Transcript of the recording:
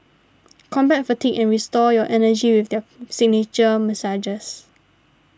combat fatigue and restore your energy with their signature massages